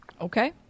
Okay